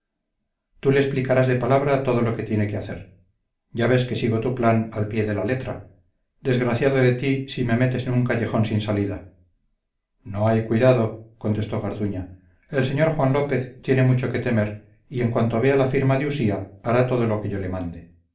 tú le explicarás de palabra todo lo que tiene que hacer ya ves que sigo tu plan al pie de la letra desgraciado de ti si me metes en un callejón sin salida no hay cuidado contestó garduña el señor juan lópez tiene mucho que temer y en cuanto vea la firma de usía hará todo lo que yo le mande